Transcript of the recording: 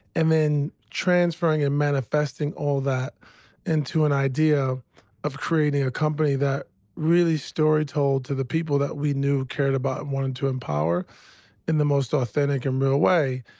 and then transferring and manifesting all that into an idea of creating a company that really story told to the people that we knew, cared about, and wanted to empower in the most authentic and real way.